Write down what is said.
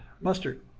mustard